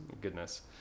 Goodness